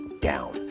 down